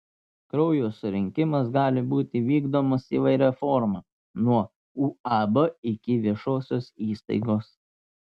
kraujo surinkimas gali būti vykdomas įvairia forma nuo uab iki viešosios įstaigos